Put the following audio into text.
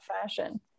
fashion